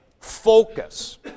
focus